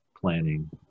planning